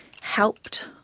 helped